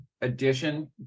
addition